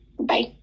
Bye